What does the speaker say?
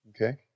Okay